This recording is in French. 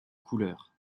couleurs